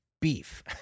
beef